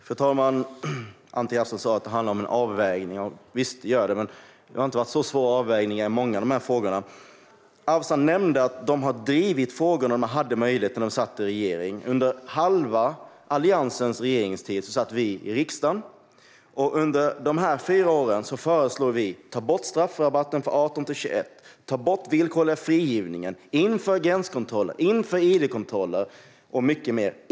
Fru talman! Anti Avsan sa att det handlar om en avvägning. Visst, det gör det, men det har inte varit så svåra avvägningar i många av dessa frågor. Avsan nämnde att de har drivit frågorna då de hade möjlighet när de satt i regering. Under halva Alliansens regeringstid satt vi i riksdagen. Under de fyra åren föreslog vi att man skulle ta bort straffrabatten för dem som är 18-21 år och den villkorliga frigivningen och att man skulle införa gränskontroller, id-kontroller och mycket mer.